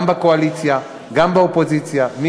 גם בקואליציה גם באופוזיציה.